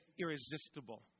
irresistible